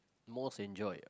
most enjoyed